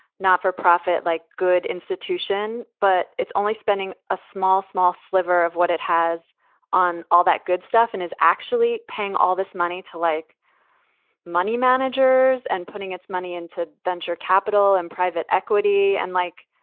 not for profit, like good institution, but it's only spending a small, small sliver of what it has on all that good stuff and is actually paying all this money to like money managers and putting its money into venture capital and private equity. and like,